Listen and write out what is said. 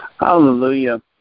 Hallelujah